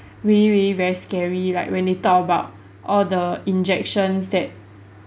really really very scary like when they talk about all the injections that